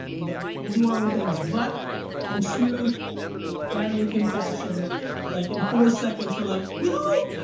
but we'll do our own things. but in true gary and kim fashion like in four seconds we're like, you know,